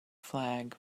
flag